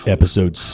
Episode